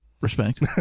Respect